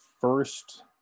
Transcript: first